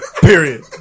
period